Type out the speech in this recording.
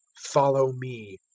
follow me.